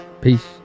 Peace